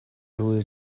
rul